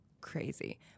crazy